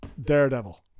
Daredevil